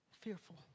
fearful